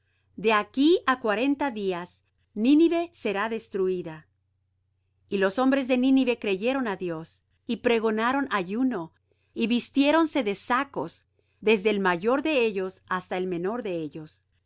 de aquí á cuarenta días nínive será destruida y los hombres de nínive creyeron á dios y pregonaron ayuno y vistiéronse de sacos desde el mayor de ellos hasta el menor de ellos